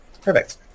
Perfect